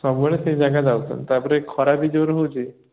ସବୁବେଳେ ସେଇ ଯାଗା ଯାଉଛନ୍ତି ତା'ପରେ ଖରା ବି ଜୋର ହେଉଛି